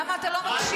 למה אתה לא מקשיב?